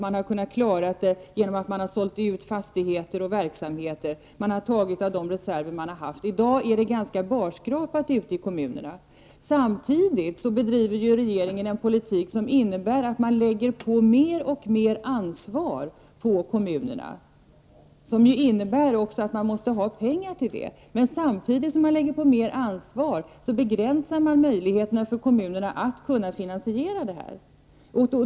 De har kunnat klara det genom att sälja ut fastigheter och verksamheter. De har tagit av de reserver de har haft. I dag är det ganska barskrapaat ute i kommunerna. Samtidigt bedriver regeringen en politik som innebär att man lägger mer och mer ansvar på kommunerna, vilket innebär att de måste ha pengar till denna verksamhet. Men samtidigt som man lägger på kommunerna mera ansvar begränsas kommunernas möjligheter att finansiera verksamheten.